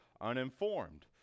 uninformed